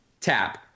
Tap